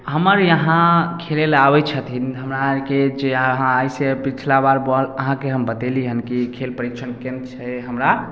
हमर यहाँ खेलय लए आबै छथिन हमरा आरके जे अहाँ आइ से पिछ्ला बार बाॅल अहाँके हम बतेली हन की खेल परीक्षण केन्द्र छै हमरा